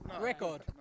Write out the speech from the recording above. record